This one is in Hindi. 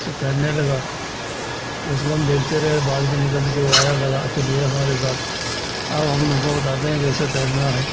से तैरने लगा उसको हम देखते रहे बाद में निकलकर वह आया कहा अ चलिए हमारे साथ अब हम तुमको बताते हैं कैसे तैरना है